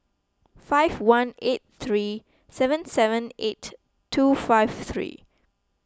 five one eight three seven seven eight two five three